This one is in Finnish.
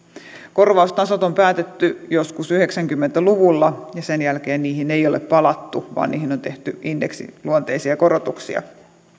korvaustasot on päätetty joskus yhdeksänkymmentä luvulla ja sen jälkeen niihin ei ole palattu vaan niihin on tehty indeksiluonteisia korotuksia